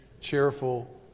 Cheerful